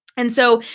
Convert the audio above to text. and so,